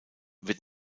wird